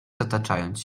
zataczając